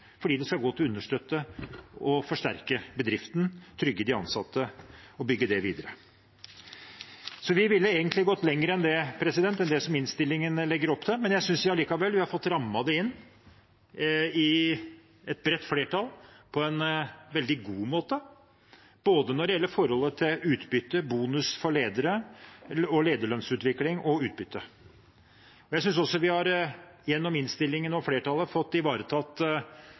fordi det skal gå til å understøtte og forsterke bedriften, trygge de ansatte og bygge det videre. Vi ville egentlig gått lenger enn det innstillingen legger opp til, men jeg synes likevel at vi har fått rammet det inn – i et bredt flertall – på en veldig god måte, når det gjelder både forholdet til bonus for ledere og lederlønnsutvikling og utbytte. Jeg synes også at vi – gjennom innstillingen og flertallet – har fått ivaretatt